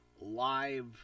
live